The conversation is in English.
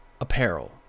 apparel